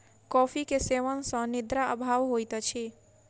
coffee के सेवन सॅ निद्रा अभाव होइत अछि